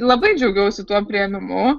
labai džiaugiausi tuo priėmimu